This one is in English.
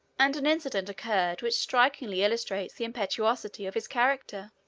and an incident occurred which strikingly illustrates the impetuosity of his character.